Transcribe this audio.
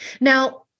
Now